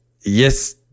Yes